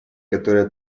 которые